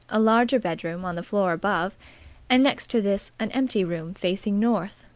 a larger bedroom on the floor above and next to this an empty room facing north,